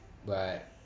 but